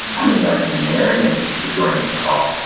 i'm inviting marion to join this call.